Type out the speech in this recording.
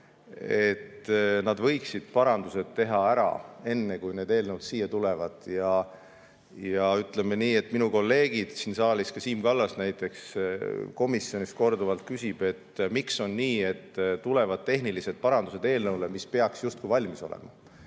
et nad võiksid parandused teha ära enne, kui need eelnõud siia tulevad. Ja ütleme nii, et minu kolleegid siin saalis, ka Siim Kallas näiteks komisjonis, on korduvalt küsinud, et miks on nii, et tulevad tehnilised parandused eelnõule, mis peaks justkui valmis olema.